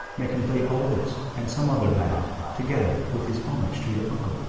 may convey all this and some other matters together with his homage to your uncle.